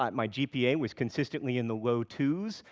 um my gpa was consistently in the low two s,